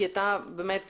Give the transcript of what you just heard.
כי אתה מכיר